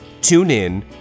TuneIn